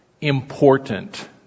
important